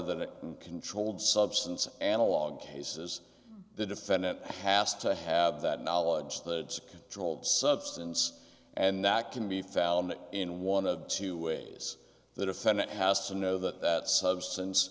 that a controlled substance analog cases the defendant has to have that knowledge the controlled substance and that can be found in one of two ways the defendant has to know that that substance